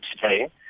today